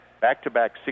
Back-to-back